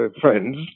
friends